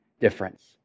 difference